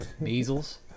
Measles